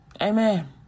Amen